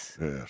Yes